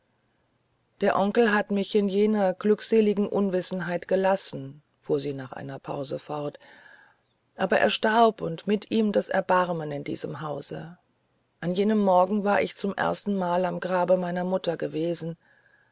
der onkel hat mich in jener glückseligen unwissenheit gelassen fuhr sie nach einer pause fort aber er starb und mit ihm das erbarmen in diesem hause an jenem morgen war ich zum erstenmal am grabe meiner mutter gewesen